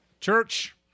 Church